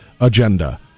agenda